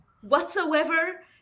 whatsoever